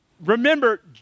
Remember